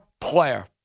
player